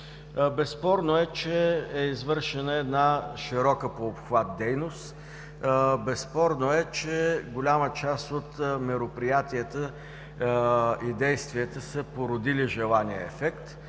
Безспорно е, че е извършена широка по обхват дейност. Безспорно е, че голяма част от мероприятията и действията са породили желания ефект.